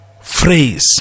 phrase